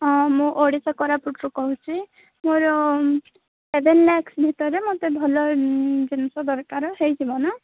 ହଁ ମୁଁ ଓଡ଼ିଶା କୋରାପୁଟରୁ କହୁଚି ମୋର ସେଭେନ୍ ଲାକ୍ଷସ୍ ଭିତରେ ମୋତେ ଭଲ ଜିନିଷ ଦରକାର ହୋଇଯିବ ନା